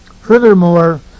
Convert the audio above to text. Furthermore